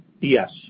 Yes